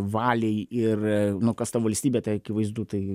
valiai ir nu kas ta valstybė tai akivaizdu tai